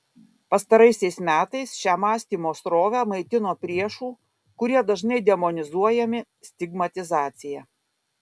pastaraisiais metais šią mąstymo srovę maitino priešų kurie dažnai demonizuojami stigmatizacija